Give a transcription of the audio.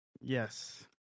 Yes